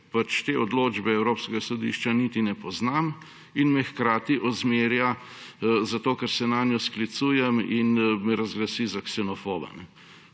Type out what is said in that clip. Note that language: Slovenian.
da te odločbe Evropskega sodišča niti ne pozna, in me hkrati ozmerja, zato ker se nanjo sklicujem, in me razglasi za ksenofoba.